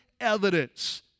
evidence